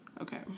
Okay